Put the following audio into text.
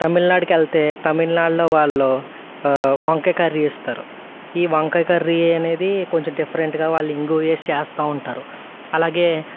తమిళనాడుకి వెళితే తమిళనాడులో వాళ్ళు వంకాయ కర్రీ ఇస్తారు ఈ వంకాయ కర్రీ అనేది కొంచెం డిఫరెంట్గా వాళ్ళు ఇంగువ వేసి చేస్తూ ఉంటారు అలాగే